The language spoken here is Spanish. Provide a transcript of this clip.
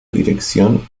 dirección